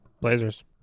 Blazers